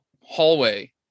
hallway